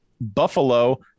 Buffalo